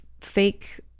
fake